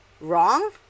wrong